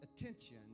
attention